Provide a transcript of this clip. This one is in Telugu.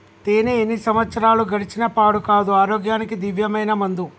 తేనే ఎన్ని సంవత్సరాలు గడిచిన పాడు కాదు, ఆరోగ్యానికి దివ్యమైన మందు